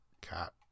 cat